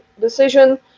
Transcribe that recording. decision